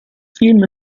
film